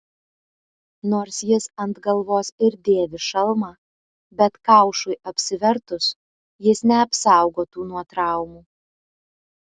nors jis ant galvos ir dėvi šalmą bet kaušui apsivertus jis neapsaugotų nuo traumų